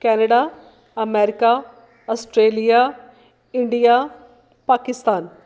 Canada America Australia India Pakistan